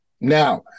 Now